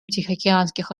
тихоокеанских